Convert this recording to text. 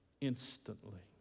instantly